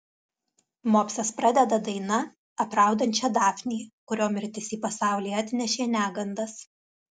mopsas pradeda daina apraudančia dafnį kurio mirtis į pasaulį atnešė negandas